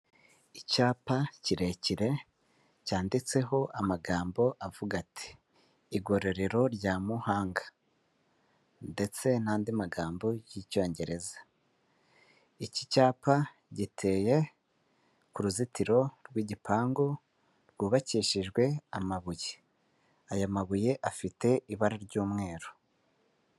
Icyapa kirekire cyanditseho amagambo avuga ati '' igororero rya Muhanga ndetse n'andi magambo y'icyongereza'' iki cyapa giteye ku ruzitiro rw'igipangu rwubakishijwe amabuye, aya mabuye afite ibara ry'umweru.